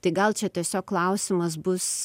tai gal čia tiesiog klausimas bus